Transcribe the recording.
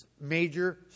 major